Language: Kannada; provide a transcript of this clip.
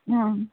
ಹಾಂ